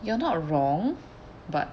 you are not wrong but